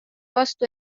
vastu